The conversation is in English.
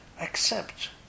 accept